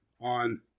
on